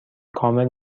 کامل